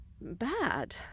bad